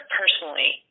personally